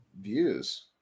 views